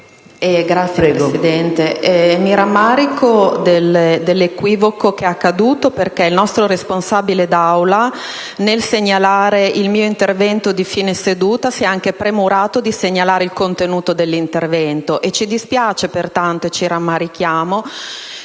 Signora Presidente, mi rammarico dell'equivoco verificatosi, perché il nostro responsabile d'Aula, nel segnalare il mio intervento di fine seduta, si è anche premurato di segnalare il contenuto dell'intervento. Ci dispiace, pertanto, e ci rammarichiamo